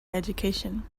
education